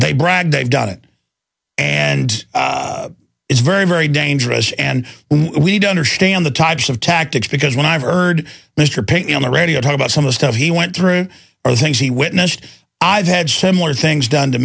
they bragged they've done it and it's very very dangerous and we don't understand the types of tactics because when i heard mr pinckney on the radio talk about some of the stuff he went through or the things he witnessed i've had similar things done to